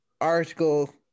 article